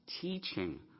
teaching